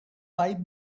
pipe